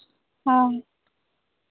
ᱦᱮᱸ